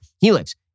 Helix